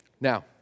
Now